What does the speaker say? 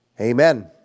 Amen